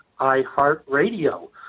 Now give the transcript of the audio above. iHeartRadio